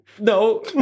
No